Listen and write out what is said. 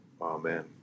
Amen